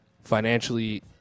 financially